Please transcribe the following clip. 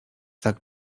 tak